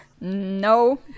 No